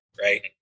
right